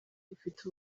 ifite